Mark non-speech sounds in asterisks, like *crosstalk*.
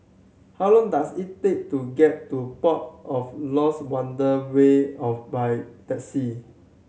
how long does it take to get to Port of Lost Wonder *unintelligible* of by taxi